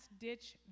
ditch